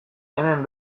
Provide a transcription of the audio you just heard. hemen